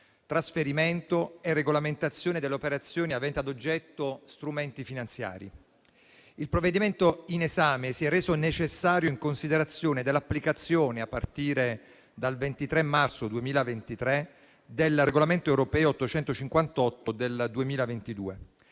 trasferimento e regolamentazione delle operazioni aventi a oggetto strumenti finanziari. Il provvedimento in esame si è reso necessario in considerazione dell'applicazione, a partire dal 23 marzo 2023, del regolamento europeo n. 858 del 2022,